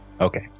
Okay